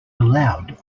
allowed